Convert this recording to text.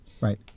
Right